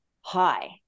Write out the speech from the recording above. hi